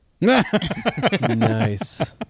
Nice